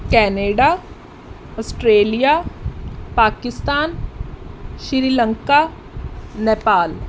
Canada Australia Pakistan Sri Lanka Nepal